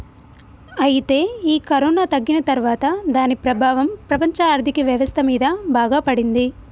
అయితే ఈ కరోనా తగ్గిన తర్వాత దాని ప్రభావం ప్రపంచ ఆర్థిక వ్యవస్థ మీద బాగా పడింది